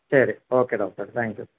ശരി okay doctor thank you